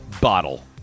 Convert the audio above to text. bottle